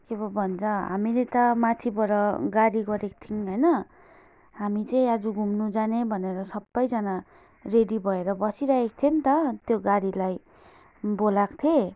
के पो भन्छ हामीले त माथिबाट गाडी गरेको थियौँ होइन हामी चाहिँ आज घुम्नु जाने भनेर सबैजना रेडी भएर बसिराखेको थियौँ नि त त्यो गाडीलाई बोलाको थिएँ